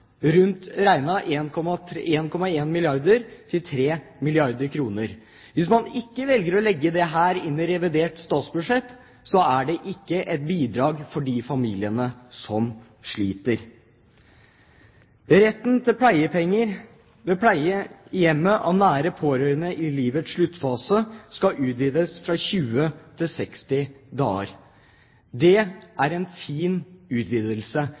til 3 milliarder kr? Hvis man ikke velger å legge dette inn i revidert statsbudsjett, så er det ikke et bidrag til de familiene som sliter. Retten til pleiepenger ved pleie i hjemmet av nære pårørende i livets sluttfase skal utvides fra 20 til 60 dager. Det er en fin og helt nødvendig utvidelse,